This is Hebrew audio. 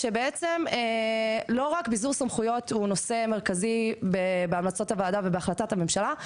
שלא רק ביזור סמכויות הוא נושא מרכזי בהמלצות הוועדה ובהחלטת הממשלה,